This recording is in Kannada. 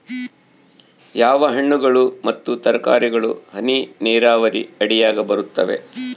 ಯಾವ ಹಣ್ಣುಗಳು ಮತ್ತು ತರಕಾರಿಗಳು ಹನಿ ನೇರಾವರಿ ಅಡಿಯಾಗ ಬರುತ್ತವೆ?